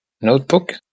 notebook